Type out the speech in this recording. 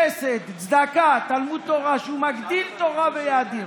חסד, צדקה, תלמוד תורה, שהוא יגדיל תורה ויאדיר.